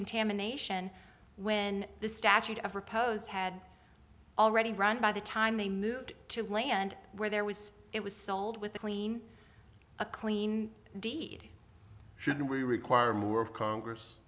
contamination when the statute of repose had already run by the time they moved to land where there was it was sold with a clean a clean deed should we require more of congress